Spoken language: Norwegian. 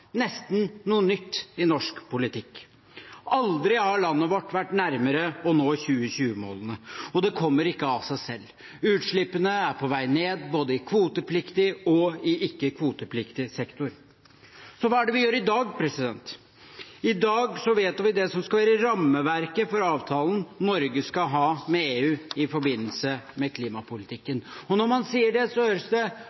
nesten noe nytt i norsk politikk. Aldri har landet vårt vært nærmere å nå 2020-målene, og det kommer ikke av seg selv. Utslippene er på vei ned, både i kvotepliktig og i ikke-kvotepliktig sektor. Så hva er det vi gjør i dag? I dag vedtar vi det som skal være rammeverket for avtalen Norge skal ha med EU i forbindelse med klimapolitikken.